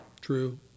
True